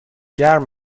گرم